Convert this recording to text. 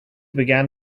began